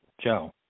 Joe